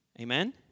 Amen